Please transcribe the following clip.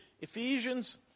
Ephesians